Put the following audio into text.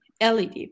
LED